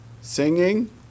Singing